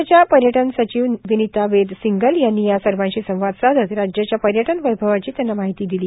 राज्याच्या पर्यटन सचिव विनिता वेद सिंगल यांनी या सर्वांशी संवाद साधत महाराष्ट्राच्या पर्यटन वैभवाची त्यांना माहिती दिली